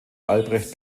albrecht